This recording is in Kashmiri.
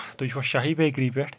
تُہۍ چھوا شاہی بیکری پٮ۪ٹھ